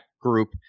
group